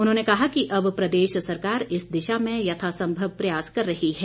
उन्होंने कहा कि अब प्रदेश सरकार इस दिशा में यथासंभव प्रयास कर रही है